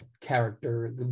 character